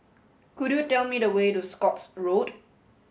could you tell me the way to Scotts Road